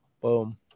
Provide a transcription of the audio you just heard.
Boom